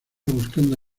buscando